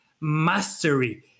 mastery